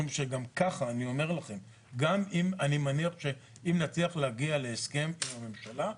אני מניח שאם נצליח להגיע להסכם עם הממשלה,